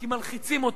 כי מלחיצים,